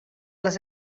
les